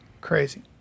crazy